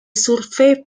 survey